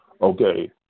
okay